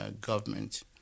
government